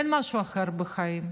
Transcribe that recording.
אין משהו אחר בחיים.